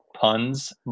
puns